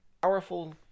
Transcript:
powerful